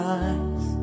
eyes